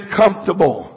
comfortable